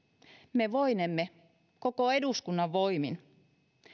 me voinemme koko eduskunnan voimin